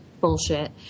bullshit